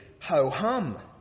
ho-hum